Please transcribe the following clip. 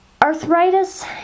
Arthritis